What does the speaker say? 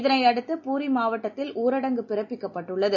இதனையடுத்து பூரி மாவட்டத்தில் ஊரடங்கு பிற்ப்பிக்கப்பட்டுள்ளது